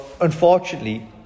unfortunately